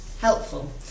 helpful